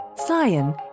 Cyan